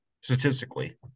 Statistically